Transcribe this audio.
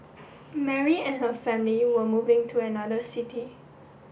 Mary and her family were moving to another city